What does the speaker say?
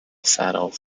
saddle